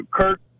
Kirk